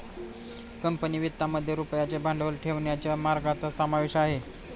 company वित्तामध्ये रुपयाचे भांडवल ठेवण्याच्या मार्गांचा समावेश आहे